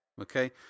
okay